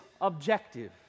objective